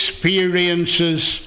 experiences